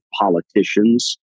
politicians